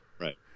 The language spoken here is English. Right